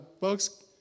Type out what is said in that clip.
bugs